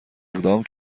اقدام